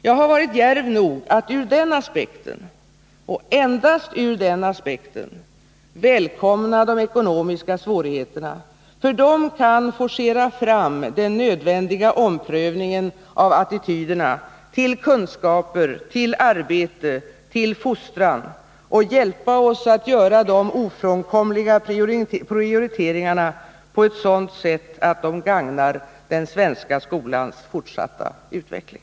Jag har varit djärv nog att ur den aspekten — och endast ur den aspekten — välkomna de ekonomiska svårigheterna, för de kan forcera fram den nödvändiga omprövningen av attityderna till kunskaper, till arbete, till fostran och hjälpa oss att göra de ofrånkomliga prioriteringarna på ett sådant sätt att de gagnar den svenska skolans fortsatta utveckling.